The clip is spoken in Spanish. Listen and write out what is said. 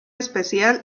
especial